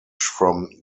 from